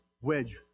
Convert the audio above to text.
wedge